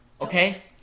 Okay